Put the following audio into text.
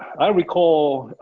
i recall